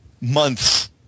months